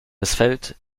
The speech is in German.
missfällt